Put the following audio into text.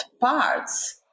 parts